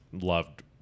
loved